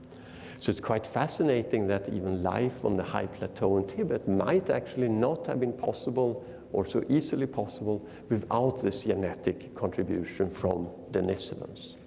it's it's quite fascinating that even life on the high plateau and tibet might actually not have been possible or so easily possible without the synaptic contribution from denisovans.